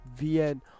VN